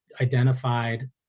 identified